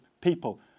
people